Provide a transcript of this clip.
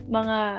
mga